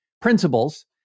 principles